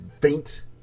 faint